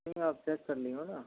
नहीं आप चेक कर लो ना